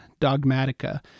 Dogmatica